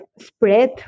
spread